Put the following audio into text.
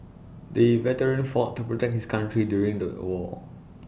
the veteran fought to protect his country during the war